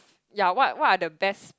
yeah what what are the best